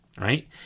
right